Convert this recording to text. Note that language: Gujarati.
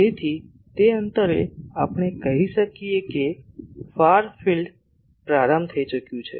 તેથી તે અંતરે આપણે કહી શકીએ કે ફાર ફિલ્ડ પ્રારંભ થઈ ગયું છે